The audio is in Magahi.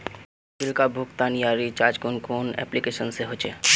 बिल का भुगतान या रिचार्ज कुन कुन एप्लिकेशन से होचे?